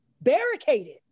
Barricaded